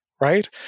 right